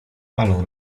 palą